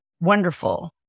wonderful